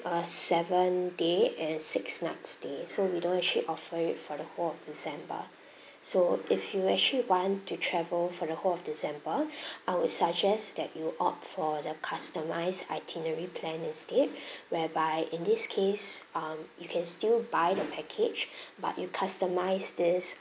a seven days and six nights day so we don't actually offer it for the whole of december so if you'd actually want to travel for the whole of december I would suggest that you opt for the customised itinerary plan instead whereby in this case um you can still buy the package but you customise this